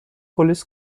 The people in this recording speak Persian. پلیس